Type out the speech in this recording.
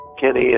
Kenny